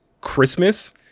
Christmas